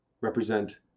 represent